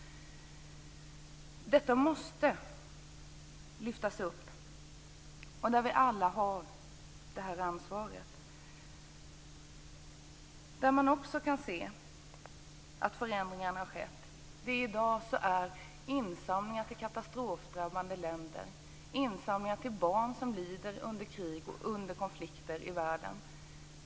Detta måste lyftas fram. Vi har alla det ansvaret. Det har också skett förändringar när det gäller insamlingar till katastrofdrabbade länder, till barn som lider av krig och konflikter i världen.